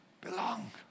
belong